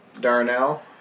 Darnell